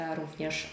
również